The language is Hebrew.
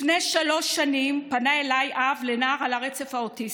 לפני שלוש שנים פנה אליי אב לנער על הרצף האוטיסטי.